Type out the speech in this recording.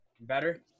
Better